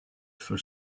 for